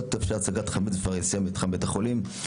לא תתאפשר הצגת חמץ בפרהסיה במתחם בית החולים".